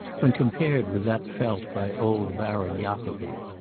when compared with that felt by old baron jacobi.